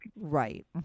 Right